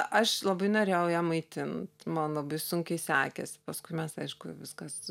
aš labai norėjau ją maitint man labai sunkiai sekėsi paskui mes aišku viskas